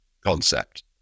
concept